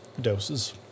doses